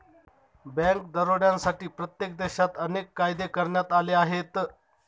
bank दरोड्यांसाठी प्रत्येक देशात अनेक कायदे करण्यात आले आहेत